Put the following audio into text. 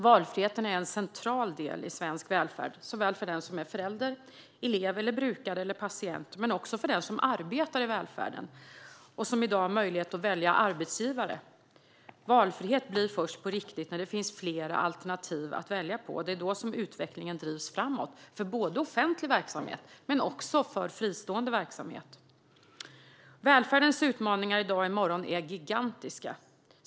Valfriheten är en central del i svensk välfärd för den som är förälder, elev, brukare eller patient men också för den som arbetar i välfärden och som i dag har möjlighet att välja arbetsgivare. Valfrihet på riktigt blir det först när man har flera alternativ att välja på, och det är då utvecklingen drivs framåt för både offentlig verksamhet och fristående verksamhet. Välfärdens utmaningar i dag och i morgon är gigantiska.